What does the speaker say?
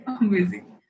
amazing